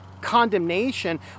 condemnation